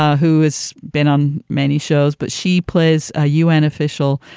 ah who has been on many shows, but she plays a u n. official.